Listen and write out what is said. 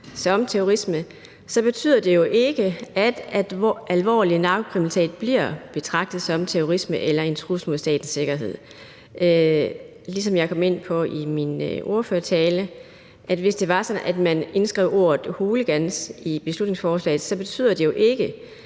som terrorisme, så betyder det jo ikke, at alvorlig narkokriminalitet bliver betragtet som terrorisme eller en trussel mod statens sikkerhed. Ligesom jeg kom ind på i min ordførertale, er det sådan, at hvis man indskrev ordet hooligans i beslutningsforslaget, betyder det jo ikke,